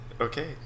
Okay